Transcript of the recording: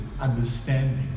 understanding